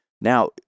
Now